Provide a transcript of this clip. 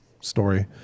story